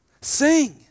Sing